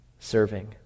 serving